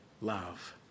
love